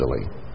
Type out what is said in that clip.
easily